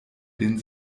den